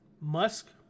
Musk